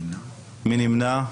מי נמנע?